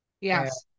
yes